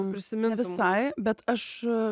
prisimintum visai bet aš